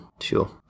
sure